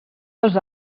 dos